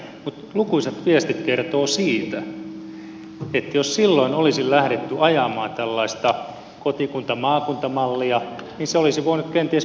mutta lukuisat viestit kertovat siitä että jos silloin olisi lähdetty ajamaan tällaista kotikuntamaakunta mallia niin se olisi voinut kenties mennä lävitse